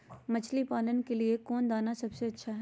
मछली पालन के लिए कौन दाना सबसे अच्छा है?